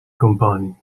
kompanii